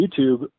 YouTube